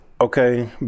Okay